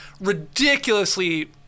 ridiculously